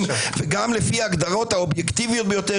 וגם לפי ההגדרות האובייקטיביות ביותר,